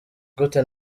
gute